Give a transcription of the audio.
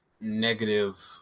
negative